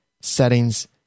settings